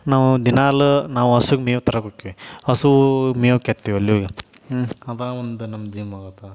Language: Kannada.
ನಾವು ದಿನಾಲೂ ನಾವು ಹಸುಗ್ ಮೇವು ತರಕ್ಕೆ ಹೋಕ್ತೀವಿ ಹಸುವು ಮೇಯಕ್ಕೆ ಅಲ್ಲಿ ಹೋಗಿ ಹ್ಞೂ ಅದೇ ಒಂದು ನಮ್ಮ ಜಿಮ್ಮಾಗುತ್ತೆ